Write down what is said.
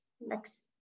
Next